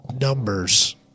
numbers